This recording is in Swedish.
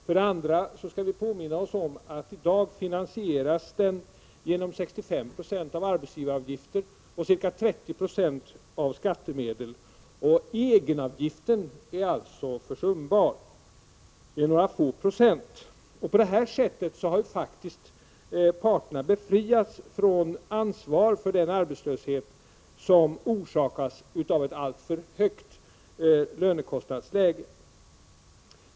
För det andra skall vi påminna oss att den i dag finansieras till 65 26 med arbetsgivaravgifter och till ca 30 76 med skattemedel. Egenavgiften är alltså försumbar — den är några få procent. På detta sätt har parterna faktiskt befriats från ansvar för den arbetslöshet som orsakas av ett alltför högt lönekostnadsläge.